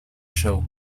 show